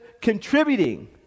contributing